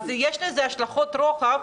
יש לזה השלכות רוחב.